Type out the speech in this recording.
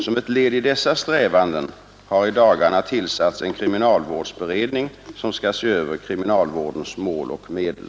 Som ett led i dessa strävanden har i dagarna tillsatts en kriminalvårdsberedning som skall se över kriminalvårdens mål och medel.